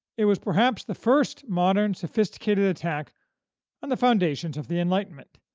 it was perhaps the first modern, sophisticated attack on the foundations of the enlightenment.